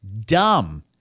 dumb